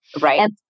Right